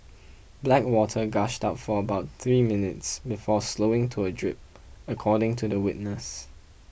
black water gushed out for about three minutes before slowing to a drip according to the witness